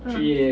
uh